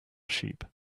sheep